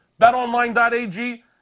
BetOnline.ag